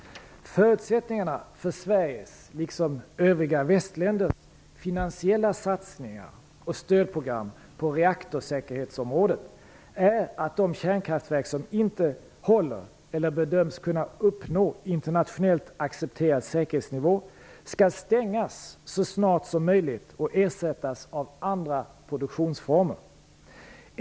Förutsättningarna för Sveriges liksom övriga västländers finansiella satsningar och stödprogram på reaktorsäkerhetsområdet är att de kärnkraftverk som inte håller eller bedöms kunna uppnå internationellt accepterad säkerhetsnivå skall stängas så snart som möjligt och ersättas av andra produktionsformer.